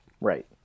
right